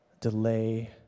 delay